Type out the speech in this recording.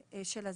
ביותר של הזקנה.